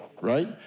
Right